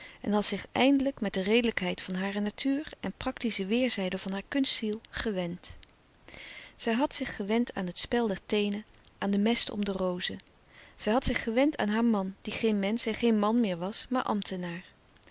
en had zich eindelijk met de redelijkheid van hare natuur en practische weêrzijde van hare kunstziel gewend zij had zich gewend aan het spel der teenen aan de mest om de rozen zij had zich gewend aan haar man die geen mensch en geen man meer was maar ambtenaar